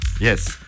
yes